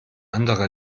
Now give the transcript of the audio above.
andere